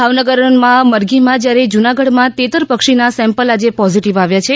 ભાવનગરમાં મરઘીમાં જ્યારે જ્રનાગઢમાં તેતર પક્ષીના સેમ્પલ આજે પોઝીટિવ આવ્યા છે